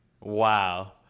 Wow